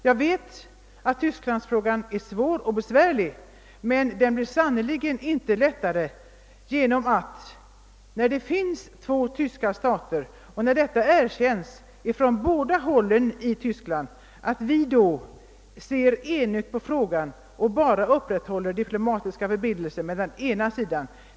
Jag vet att Tysklandsfrågan är besvärlig, men den blir sannerligen inte lättare genom att vi i ett läge, där det förhållandet att två tyska stater existerar erkänns på båda de tyska sidorna, ser enögt på problemet och enbart upprätthåller diplomatiska förbindelser med den ena sidan.